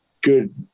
good